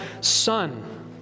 Son